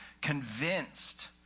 convinced